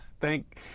Thank